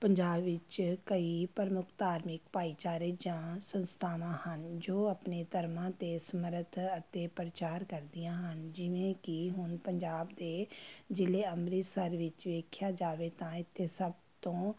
ਪੰਜਾਬ ਵਿੱਚ ਕਈ ਪ੍ਰਮੁੱਖ ਧਾਰਮਿਕ ਭਾਈਚਾਰੇ ਜਾਂ ਸੰਸਥਾਵਾਂ ਹਨ ਜੋ ਆਪਣੇ ਧਰਮਾਂ ਤੇ ਸਮਰੱਥ ਅਤੇ ਪ੍ਰਚਾਰ ਕਰਦੀਆਂ ਹਨ ਜਿਵੇਂ ਕਿ ਹੁਣ ਪੰਜਾਬ ਦੇ ਜ਼ਿਲ੍ਹੇ ਅੰਮ੍ਰਿਤਸਰ ਵਿੱਚ ਵੇਖਿਆ ਜਾਵੇ ਤਾਂ ਇੱਥੇ ਸਭ ਤੋਂ